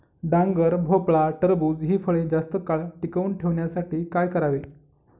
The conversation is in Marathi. डांगर, भोपळा, टरबूज हि फळे जास्त काळ टिकवून ठेवण्यासाठी काय करावे?